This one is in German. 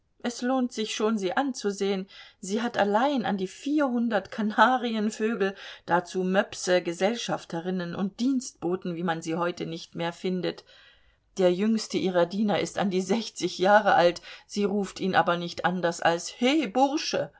es lohnt sich schon sie anzusehen sie hat allein an die vierhundert kanarienvögel dazu möpse gesellschafterinnen und dienstboten wie man sie heute nicht mehr findet der jüngste ihrer diener ist an die sechzig jahre alt sie ruft ihn aber nicht anders als he bursche